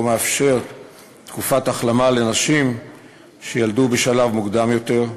מאפשר תקופת החלמה לנשים שילדו בשלב מוקדם יותר,